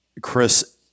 Chris